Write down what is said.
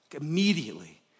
Immediately